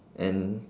and